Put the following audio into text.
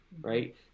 right